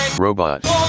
robot